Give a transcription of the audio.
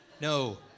No